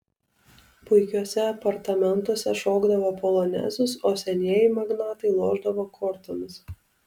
puikiuose apartamentuose šokdavo polonezus o senieji magnatai lošdavo kortomis